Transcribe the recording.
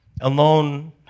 alone